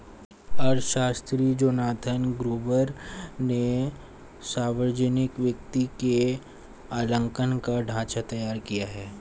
अर्थशास्त्री Jonathan Gruber ने सावर्जनिक वित्त के आंकलन का ढाँचा तैयार किया है